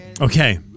Okay